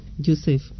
Joseph